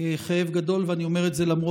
ולאחר מכן אני לא רוצה לעכב יותר את נאומי הבכורה,